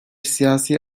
siyasi